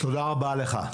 תודה רבה לך.